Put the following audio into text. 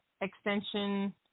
Extension